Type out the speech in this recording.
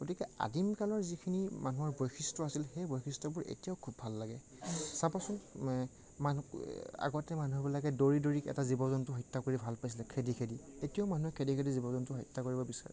গতিকে আদিম কালৰ যিখিনি মানুহৰ বৈশিষ্ট্য আছিল সেই বৈশিষ্ট্যবোৰ এতিয়াও খুব ভাল লাগে চাবচোন আগতে মানুহবিলাকে দৌৰি দৌৰি এটা জীৱ জন্তুক হত্যা কৰি ভাল পাইছিল খেদি খেদি এতিয়াও মানুহে খেদি খেদি জীৱ জন্তুক হত্যা কৰিব বিচাৰে